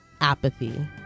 apathy